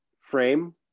frame